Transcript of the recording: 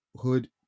hood